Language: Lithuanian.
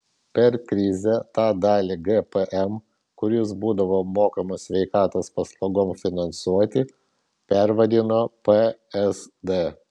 per krizę tą dalį gpm kuris būdavo mokamas sveikatos paslaugoms finansuoti pervadino psd